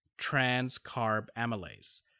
transcarbamylase